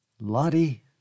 Lottie